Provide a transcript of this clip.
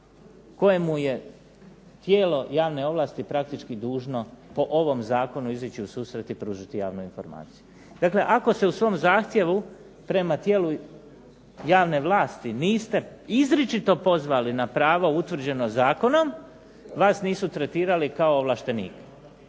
kojemu je tijelo javne ovlasti praktički dužno po ovom zakonu izići u susret i pružiti javnu informaciju. Dakle ako se u svom zahtjevu prema tijelu javne vlasti niste izričito pozvali na pravo utvrđeno zakonom, vas nisu tretirali kao ovlaštenika.